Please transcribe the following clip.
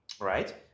right